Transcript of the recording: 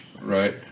right